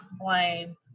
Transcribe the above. blame